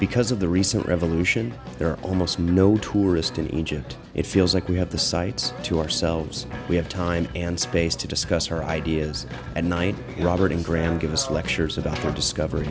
because of the recent revolution there are almost no tourists in egypt it feels like we have the sites to ourselves we have time and space to discuss her ideas and night robert and grant give us lectures of dr discover